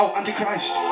Antichrist